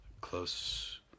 Close